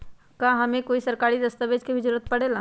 का हमे कोई सरकारी दस्तावेज के भी जरूरत परे ला?